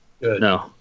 no